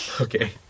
Okay